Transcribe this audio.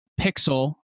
pixel